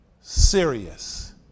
serious